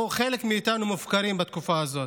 חלק מאיתנו מופקרים בתקופה הזאת,